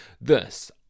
Thus